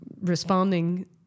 responding